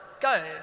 Go